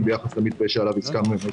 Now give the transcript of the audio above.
ביחס למתווה שעליו הסכמנו עם ההסתדרות.